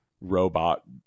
robot